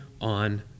on